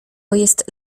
jest